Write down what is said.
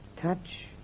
touch